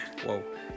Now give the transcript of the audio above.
Whoa